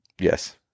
Yes